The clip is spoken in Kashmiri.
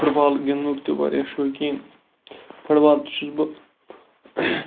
فُٹ بال گِنٛدنُک تہِ واریاہ شوقیٖن فُٹ بال تہِ چھُس بہٕ